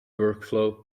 workflow